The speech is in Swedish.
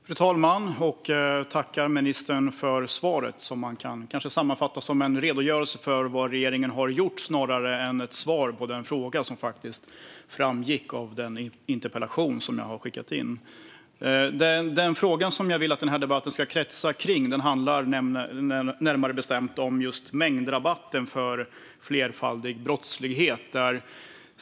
Fru talman! Jag tackar ministern för svaret, som man kan sammanfatta som en redogörelse för vad regeringen har gjort snarare än ett svar på den fråga som faktiskt framgick av min interpellation. Den fråga som jag vill att debatten ska kretsa runt handlar om mängdrabatten för flerfaldig brottslighet.